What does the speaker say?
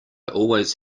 always